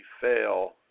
fail